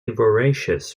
voracious